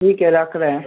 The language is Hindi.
ठीक है रख रहे हैं